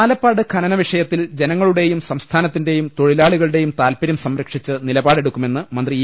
ആലപ്പാട് ഖനന വിഷയത്തിൽ ജനങ്ങളുടെയും സംസ്ഥാനത്തി ന്റെയും തൊഴിലാളികളുടെയും താൽപ്പര്യം സംരക്ഷിച്ച് നിലപാ ടെടുക്കുമെന്ന് മന്ത്രി ഇ